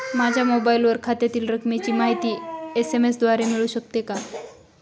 माझ्या मोबाईलवर खात्यातील रकमेची माहिती एस.एम.एस द्वारे मिळू शकते का?